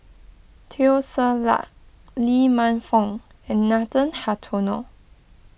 Teo Ser Luck Lee Man Fong and Nathan Hartono